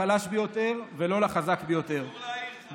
קבלה היא בידינו שחברה נמדדת ביחסה לחלש ביותר ולא לחזק ביותר,